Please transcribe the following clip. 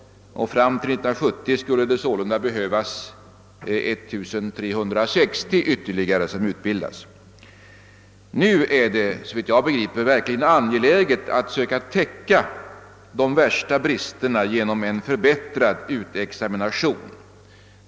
Fram till 1970 behöver man altså utbilda ungefär 1360 nya psykologer. Nu är det såvitt jag förstår verkligen angeläget att söka täcka de värsta bristerna genom en förbättrad utexamination.